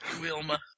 Wilma